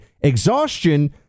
exhaustion